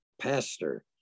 pastor